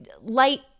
light